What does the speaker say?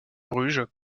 bruges